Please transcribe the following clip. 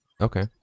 Okay